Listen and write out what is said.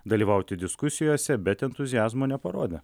dalyvauti diskusijose bet entuziazmo neparodė